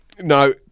No